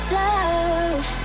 love